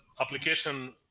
application